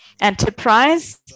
enterprise